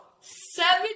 Seven